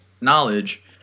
knowledge